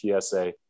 PSA